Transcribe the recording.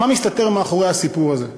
מה מסתתר מאחורי הסיפור הזה?